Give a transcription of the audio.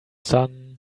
sun